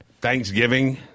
Thanksgiving